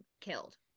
killed